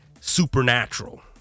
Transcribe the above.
supernatural